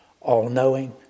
all-knowing